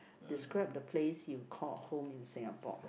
describe the place you call home in Singapore